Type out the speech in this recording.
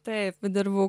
taip dirbau